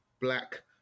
black